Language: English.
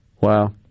Wow